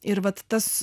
ir vat tas